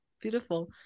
beautiful